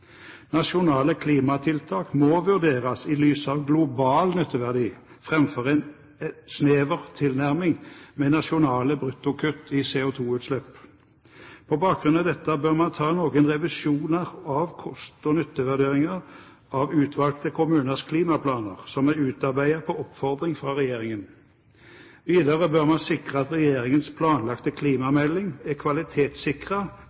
lys av global nytteverdi framfor en snever tilnærming med nasjonale bruttokutt i CO2-utslipp. På bakgrunn av dette bør man ta noen revisjoner av kost–nytte-vurderinger av utvalgte kommuners klimaplaner, som er utarbeidet på oppfordring fra regjeringen. Videre bør man sikre at regjeringens planlagte